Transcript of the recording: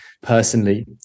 personally